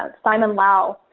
ah simon lau,